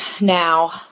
now